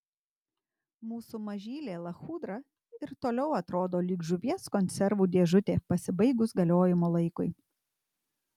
mūsų mažylė lachudra ir toliau atrodo lyg žuvies konservų dėžutė pasibaigus galiojimo laikui